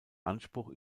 anspruch